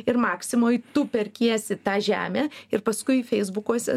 ir maksimoj tu perkiesi tą žemę ir paskui feisbukuose